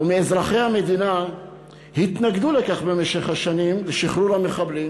ומאזרחי המדינה התנגדו במשך השנים לשחרור המחבלים,